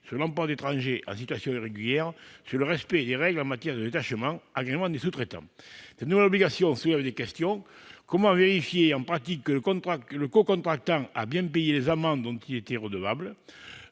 sur l'emploi d'étrangers en situation irrégulière, sur le respect des règles en matière de détachement, sur l'agrément des sous-traitants ... Cette nouvelle obligation soulève des questions. Comment vérifier, en pratique, que le cocontractant a bien payé les amendes dont il était redevable ?